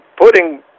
Putting